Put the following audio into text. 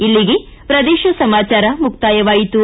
ಇಲ್ಲಿಗೆ ಪ್ರದೇಶ ಸಮಾಚಾರ ಮುಕ್ತಾಯವಾಯಿತು